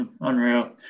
Unreal